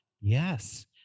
Yes